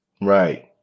Right